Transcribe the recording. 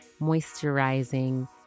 moisturizing